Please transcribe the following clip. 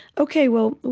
ok, well,